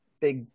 big